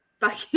back